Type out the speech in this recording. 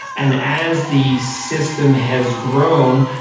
and as the system has grown,